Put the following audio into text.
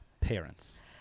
Parents